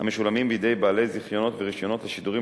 המשולמים בידי בעלי זיכיונות ורשיונות לשידורים